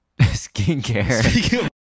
skincare